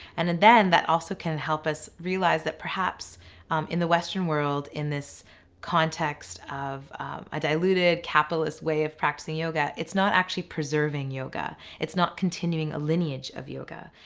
and and then, that also can help us realize that perhaps in the western world in this context of a diluted, capitalist way of practicing yoga it's not actually preserving yoga. it's not continuing a lineage yoga.